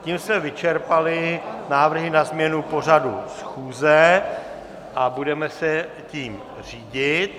Tím jsme vyčerpali návrhy na změnu pořadu schůze a budeme se tím řídit.